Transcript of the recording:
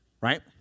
right